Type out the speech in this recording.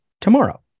tomorrow